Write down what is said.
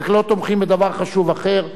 רק לא תומכים בדבר חשוב אחר.